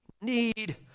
need